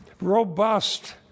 robust